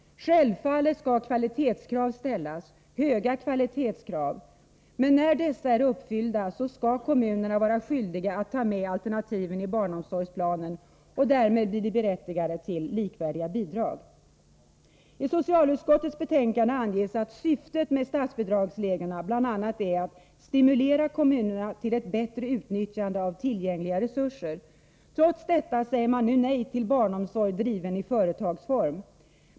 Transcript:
Självfallet skall kvalitetskrav ställas — höga kvalitetskrav. Men när dessa är uppfyllda skall kommunerna vara skyldiga att ta med alternativen i barnomsorgsplanen, och därmed blir de berättigade till likvärdiga bidrag. I socialutskottets betänkande anges att syftet med statsbidragsreglerna bl.a. är att stimulera kommunerna till ett bättre utnyttjande av tillgängliga resurser. Trots detta säger man nu nej till barnomsorg driven i företagsform.